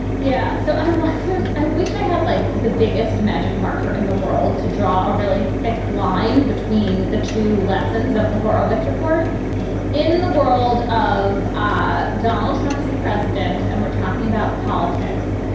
yeah. so i will. i wish i had like the biggest magic marker in the world to draw a really thick line between the two lessons of the horowitz report in the world of ah donald trump as the president. and we're talking about politics.